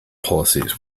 policies